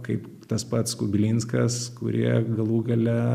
kaip tas pats kubilinskas kurie galų gale